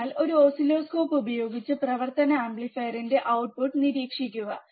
അതിനാൽ ഒരു ഓസിലോസ്കോപ്പ് ഉപയോഗിച്ച് പ്രവർത്തന ആംപ്ലിഫയറിന്റെ ഔട്ട്പുട്ട് നിരീക്ഷിക്കുക